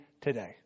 today